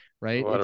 right